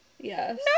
Yes